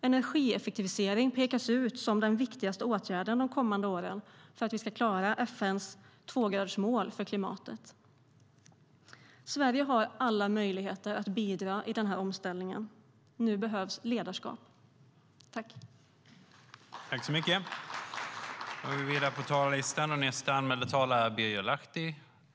Energieffektivisering pekas ut som den viktigaste åtgärden de kommande åren för att vi ska klara FN:s tvågradersmål för klimatet. Sverige har alla möjligheter att bidra i den omställningen. Nu behövs ledarskap.